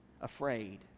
afraid